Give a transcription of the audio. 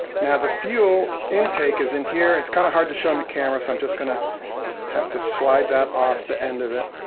now, the fuel intake is in here. it's kinda hard to show on the camera, so i'm just gonna have to slide that off the end of it.